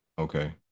Okay